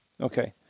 Okay